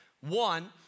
One